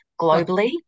globally